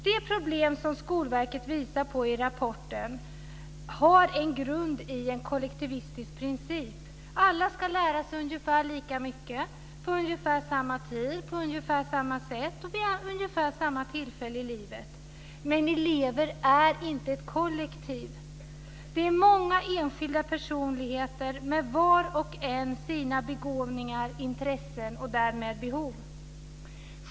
De problem som Skolverket visar på i rapporten har sin grund i en kollektivistisk princip; alla ska lära sig ungefär lika mycket på ungefär samma sätt och på ungefär samma tid och ungefär vid samma tillfälle i livet. Men elever är inte ett kollektiv. De är många enskilda personligheter och var och en har sina begåvningar, intressen och därmed sitt eget behov.